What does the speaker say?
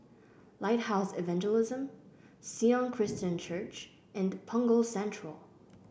Lighthouse Evangelism Sion Christian Church and Punggol Central